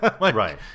Right